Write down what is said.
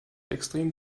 extrem